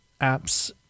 apps